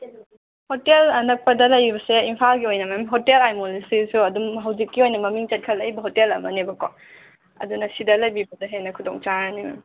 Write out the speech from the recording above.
hotel ꯑꯅꯛꯄꯗ ꯂꯩꯕꯁꯦ ꯏꯝꯐꯥꯜꯒꯤ ꯑꯣꯏꯅ ꯃꯦꯝ ꯍꯣꯇꯦꯜ ꯑꯥꯏꯃꯣꯂꯦꯁꯁꯤꯁꯨ ꯑꯗꯨꯝ ꯍꯧꯖꯤꯛꯀꯤ ꯑꯣꯏꯅ ꯃꯃꯤꯡ ꯆꯠꯈꯠꯂꯛꯏꯕ ꯍꯣꯇꯦꯜ ꯑꯃꯅꯦꯕꯀꯣ ꯑꯗꯨꯅ ꯁꯤꯗ ꯂꯩꯕꯤꯕꯗ ꯍꯦꯟꯅ ꯈꯨꯗꯣꯡꯆꯥꯔꯅꯤ ꯃꯦꯝ